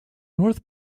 north